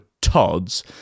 tods